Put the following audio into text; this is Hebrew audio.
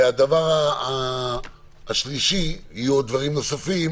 והדבר השלישי יהיו עוד דברים נוספים